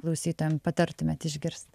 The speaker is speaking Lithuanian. klausytojam patartumėt išgirst